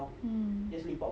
mm